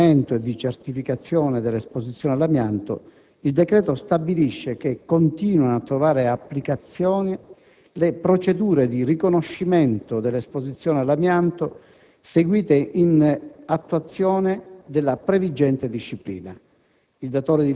di accertamento e di certificazione dell'esposizione all'amianto, il decreto stabilisce che «continuano a trovare applicazione le procedure di riconoscimento dell'esposizione all'amianto seguite in attuazione della previgente disciplina: